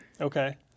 Okay